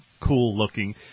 cool-looking